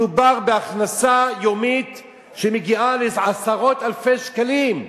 מדובר בהכנסה יומית שמגיעה לעשרות אלפי שקלים.